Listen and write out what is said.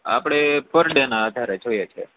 આપણે per day ના આધારે જોઈએ છે